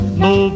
no